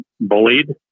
bullied